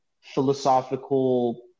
philosophical